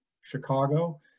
Chicago